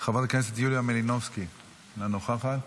חברת הכנסת יוליה מלינובסקי, אינה נוכחת,